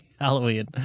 Halloween